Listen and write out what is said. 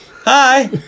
hi